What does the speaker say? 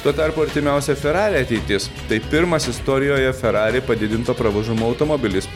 tuo tarpu artimiausia ferrari ateitis tai pirmas istorijoje ferrari padidinto pravažumo automobilis